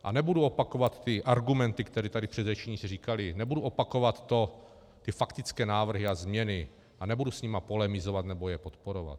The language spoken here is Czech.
A nebudu opakovat argumenty, které tady moji předřečníci říkali, nebudu opakovat faktické návrhy a změny a nebudu s nimi polemizovat nebo je podporovat.